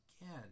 Again